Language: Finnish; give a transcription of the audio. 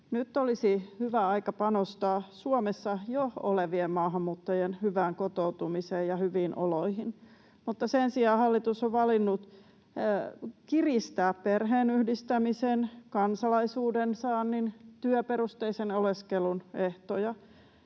Nyt olisi hyvä aika panostaa Suomessa jo olevien maahanmuuttajien hyvään kotoutumiseen ja hyviin oloihin, mutta sen sijaan hallitus on valinnut kiristää perheenyhdistämisen, kansalaisuuden saannin, työperusteisen oleskelun ehtoja.